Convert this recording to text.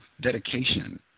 Dedication